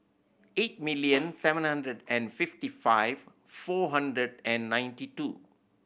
eight million seven hundred and fifty five four hundred and ninety two